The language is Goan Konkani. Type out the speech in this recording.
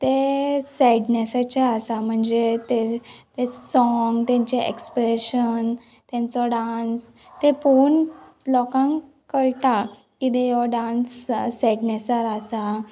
ते सॅडनॅसाचें आसा म्हणजे तें तें सोंग तेंचे एक्सप्रेशन तेंचो डांस ते पोवून लोकांक कळटा किदें हो डांस सॅडनॅसार आसा